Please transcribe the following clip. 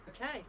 Okay